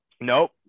Nope